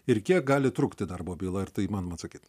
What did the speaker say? ir kiek gali trukti darbo byla ar tai įmanoma atsakyt